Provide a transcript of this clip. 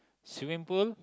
swimming pool